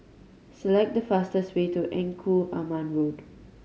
select the fastest way to Engku Aman Road